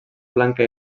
blanca